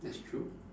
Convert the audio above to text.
that's true